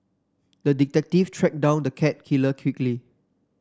the detective tracked down the cat killer quickly